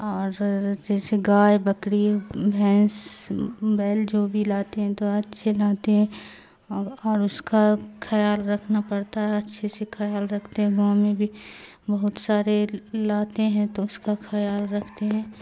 اور جیسے گائے بکری بھینس بیل جو بھی لاتے ہیں تو اچھے لاتے ہیں اور اس کا کیال رکھنا پڑتا ہے اچھے سے کیال رکھتے ہیں گاؤں میں بھی بہت سارے لاتے ہیں تو اس کا خیال رکھتے ہیں